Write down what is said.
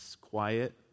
quiet